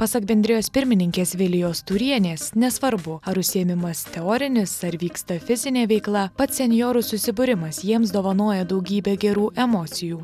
pasak bendrijos pirmininkės vilijos tūrienės nesvarbu ar užsiėmimas teorinis ar vyksta fizinė veikla pats senjorų susibūrimas jiems dovanoja daugybę gerų emocijų